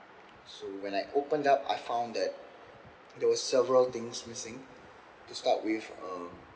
so when I opened up I found that there were several things missing to start with uh